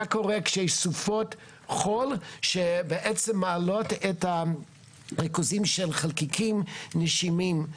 מה קורה כשסופות חול שבעצם מעלות את הריכוזים של חלקיקים נשימתיים,